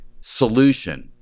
solution